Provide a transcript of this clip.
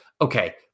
okay